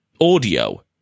audio